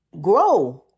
Grow